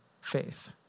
faith